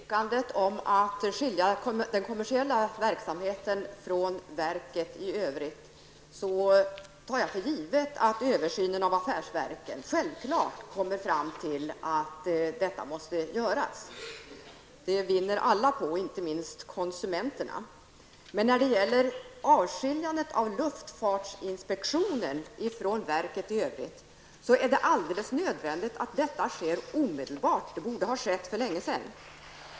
Fru talman! När det gäller yrkandet om att avskilja den kommersiella verksamheten från verket i övrigt tar jag för givet att översynen av affärsverken kommer fram till att det måste bli ett sådant avskiljande. Det skulle alla vinna på, inte minst konsumenterna. Däremot är det alldeles nödvändigt att avskiljandet av luftfartsinspektionen från verket i övrigt sker omedelbart. Det borde ha skett för länge sedan.